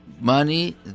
money